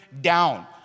down